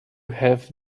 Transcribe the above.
have